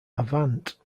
avant